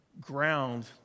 ground